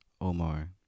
Omar